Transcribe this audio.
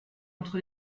entre